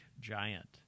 giant